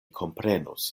komprenus